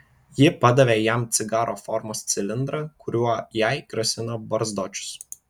ji padavė jam cigaro formos cilindrą kuriuo jai grasino barzdočius